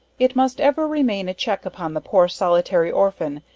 it must ever remain a check upon the poor solitary orphan,